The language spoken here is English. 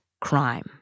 crime